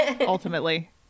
ultimately